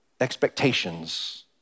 expectations